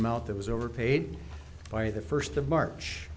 amount that was overpaid by the first of march